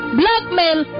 blackmail